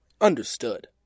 Understood